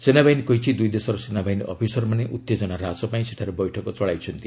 ସେନାବାହିନୀ କହିଛି ଦୁଇ ଦେଶର ସେନାବାହିନୀ ଅଫିସରମାନେ ଉଭେଜନା ହ୍ରାସ ପାଇଁ ସେଠାରେ ବୈଠକ ଚଳାଇଛନ୍ତି